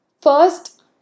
first